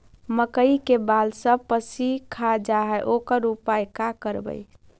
मकइ के बाल सब पशी खा जा है ओकर का उपाय करबै?